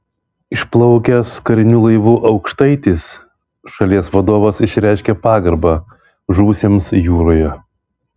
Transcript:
išplaukęs kariniu laivu aukštaitis šalies vadovas išreiškė pagarbą žuvusiems jūroje